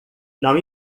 não